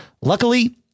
Luckily